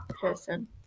person